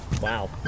Wow